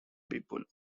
people